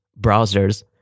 browsers